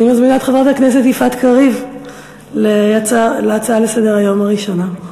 אני מזמינה את חברת הכנסת יפעת קריב להצעה לסדר-היום הראשונה.